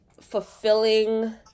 fulfilling